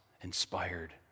inspired